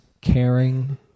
caring